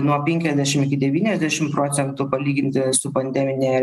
nuo penkiasdešim iki devyniasdešim procentų palyginti su pandemine